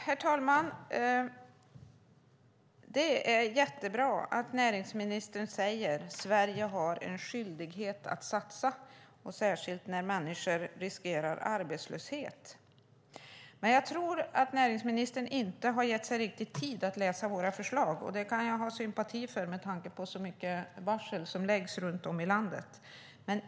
Herr talman! Det är jättebra att näringsministern säger att Sverige har en skyldighet att satsa, särskilt när människor riskerar arbetslöshet. Jag tror dock att näringsministern inte riktigt har gett sig tid att läsa våra förslag, och det kan jag ha sympati för med tanke på hur mycket varsel som kommer runt om i landet.